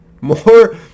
More